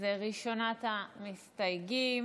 ראשונת המסתייגים